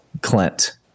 Clint